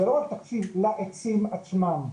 זה לא רק תקציב לעצים עצמם,